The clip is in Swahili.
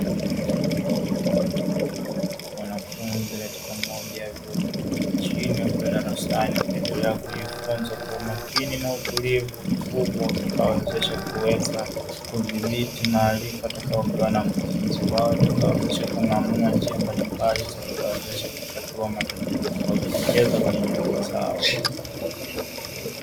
Wanafunzi katika moja ya vyuo vikuu nchini wakiwa darasani wakiendelea kujifunza kwa umakini na utulivu mkubwa. Utakao wawezesha kuweza kudhibiti maharifa watakayopewa na mkufunzi wao. Yatakayo yawezesha kung'amua njia mbalimbali zitakazowawezesha kutatua matatizo yatakayo jitokeza kwenye jamii zao.